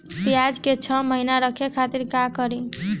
प्याज के छह महीना रखे खातिर का करी?